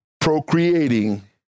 procreating